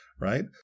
right